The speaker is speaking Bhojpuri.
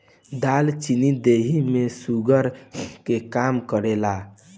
दालचीनी देहि में शुगर के कम करेला